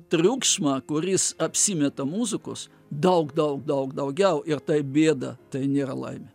triukšmą kuris apsimeta muzikos daug daug daug daugiau ir tai bėda tai nėra laimė